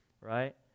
right